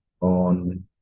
on